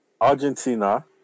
Argentina